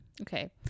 Okay